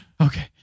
Okay